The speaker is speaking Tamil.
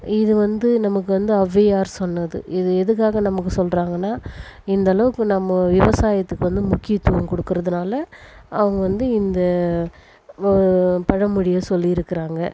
இது வந்து நமக்கு வந்து ஔவையார் சொன்னது இது எதுக்காக நமக்கு சொல்கிறாங்கனா இந்த அளவுக்கு நம்ம விவசாயத்துக்கு வந்து முக்கியத்துவம் கொடுக்கறதுனால அது வந்து இந்த பழமொழியை சொல்லிருக்குகிறாங்க